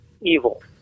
evil